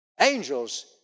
Angels